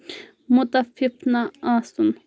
مُتَفِف نہٕ آسُن